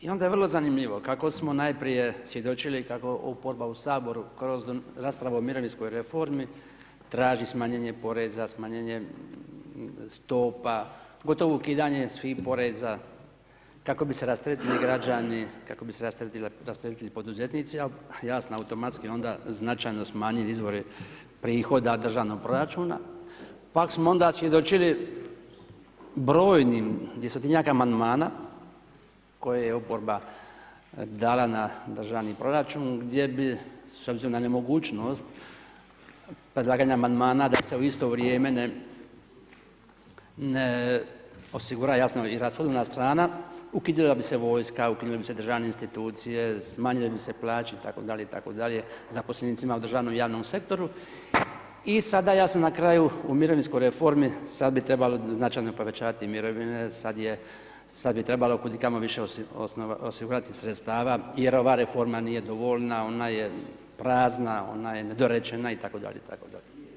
I onda je vrlo zanimljivo kako smo najprije svjedočili kako oporba u Saboru kroz raspravu o mirovinskoj reformi, traži smanjenje poreze, smanjenje stopa, gotovo ukidanje svih poreza, kako bi se rasteretili građani, kako bi se rasteretili poduzetnici, a jasno automatski onda značajno smanjili izvori prihoda državnog proračuna, pak smo onda svjedočili brojnim 200-tinjak Amandmana koje je oporba dala na državni proračun gdje bi, s obzirom na nemogućnost predlaganja Amandmana da se u isto vrijeme ne osigura i jasno rashodovna strana, ukidala bi se vojska, ukidale bi se državne institucije, smanjile bi se plaće itd., itd. zaposlenicima u državnom i javnom sektoru i sada jasno na kraju u mirovinskoj reformi sad bi trebali značajno povećavati mirovine, sad bi trebalo kud i kamo više osigurati sredstava jer ova reforma nije dovoljna, ona je prazna, ona je nedorečena itd. itd.